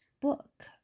book